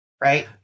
right